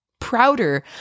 prouder